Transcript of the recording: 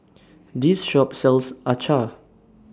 This Shop sells Acar